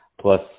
Plus